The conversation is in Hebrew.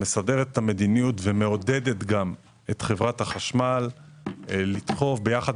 שמסדרת את המדיניות ומעודדת את חברת החשמל לדחוף יחד